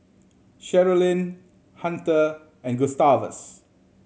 Sherilyn Hunter and Gustavus